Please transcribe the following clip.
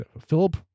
Philip